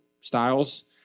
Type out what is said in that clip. styles